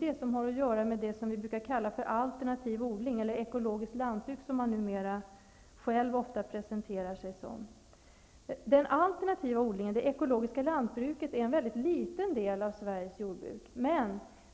Den har att göra med alternativ odling eller ekologiskt lantbruk som man numera själv ofta presenterar det som. Detta ekologiska lantbruk är en väldigt liten del av Sveriges jordbruk.